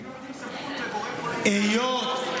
אם נותנים סמכות לגורם פוליטי להחליט מהו טרור,